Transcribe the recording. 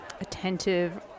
attentive